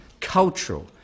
cultural